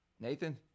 Nathan